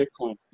Bitcoin